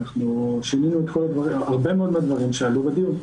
שינינו הרבה מאוד מהדברים שעלו בדיון.